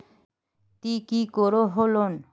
ती की करोहो लोन?